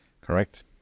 Correct